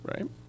right